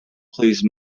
please